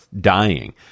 dying